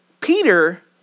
Peter